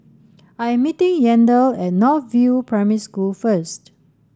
I am meeting Yandel at North View Primary School first